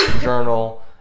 journal